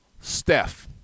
Steph